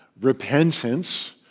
repentance